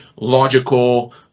logical